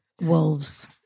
Wolves